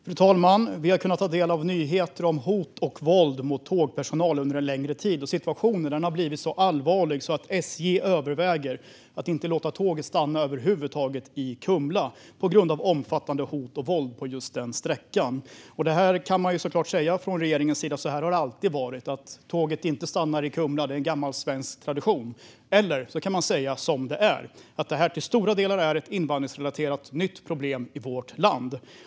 Fru talman! Vi har under en längre tid kunnat ta del av nyheter om hot och våld mot tågpersonal. Situationen har blivit så allvarlig att SJ överväger att över huvud taget inte låta tåg stanna i Kumla på grund av omfattande hot och våld på just den sträckan. Från regeringens sida kan man såklart säga: Det har alltid varit så att tåget inte stannar i Kumla. Det är en gammal svensk tradition. Eller så kan man säga som det är: Detta är till stora delar ett invandringsrelaterat nytt problem i vårt land.